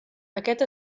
aquest